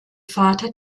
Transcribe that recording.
vater